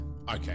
Okay